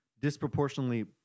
disproportionately